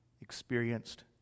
experienced